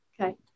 Okay